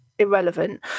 irrelevant